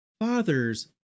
father's